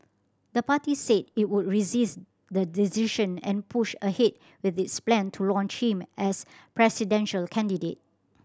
the party said it would resist the decision and push ahead with its plan to launch him as presidential candidate